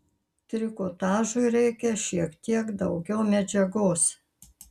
trikotažui reikia šiek teik daugiau medžiagos